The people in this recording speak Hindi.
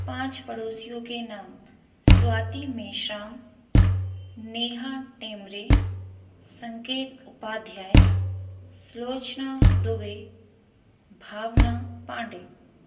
पाँच पड़ोसियों के नाम स्वाति मेशाम नेहा टेमरे संकेत उपाध्याय सुलोचना दुबे भावना पांडे